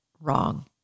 wrong